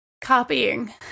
Copying